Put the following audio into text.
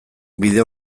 bide